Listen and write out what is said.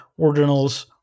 ordinals